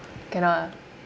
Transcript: cannot ah